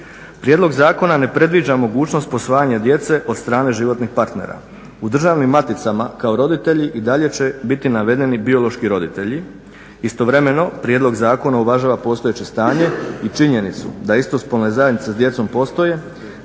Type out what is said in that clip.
Prijedlog zakona ne predviđa mogućnost posvajanja djece od strane životnih partnera. U državnim maticama kao roditelji i dalje će biti navedeni biološki roditelji, istovremeno prijedlog zakona uvažava postojeće stanje i činjenicu da istospolne zajednice s djecom postoje